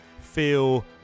feel